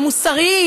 המוסריים,